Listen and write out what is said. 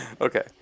Okay